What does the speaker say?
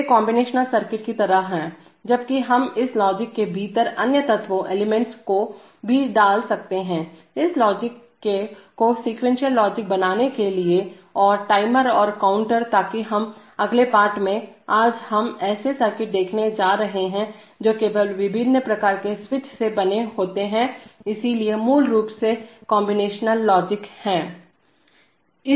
वे combinational circuit की तरह होते हैं जबकि हम इस लॉजिक के भीतर अन्य तत्वों एलिमेंट्स को भी डाल सकते हैं इस लॉजिक को सीक्वेंशियल लॉजिक बनाने के लिए और टाइमर और काउंटरताकि हम अगले पाठ में आज हम ऐसे सर्किट देखने जा रहे हैं जो केवल विभिन्न प्रकार के स्विच से बने होते हैं इसलिए मूल रूप से कांबिनेशनल लॉजिक है